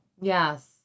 Yes